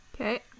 Okay